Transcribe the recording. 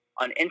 On